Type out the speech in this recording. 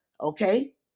okay